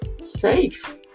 safe